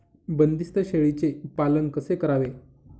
बंदिस्त शेळीचे पालन कसे करावे?